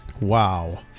Wow